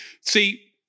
See